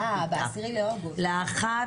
לאחר